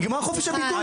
נגמר חופש הביטוי?